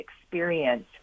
experience